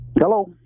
Hello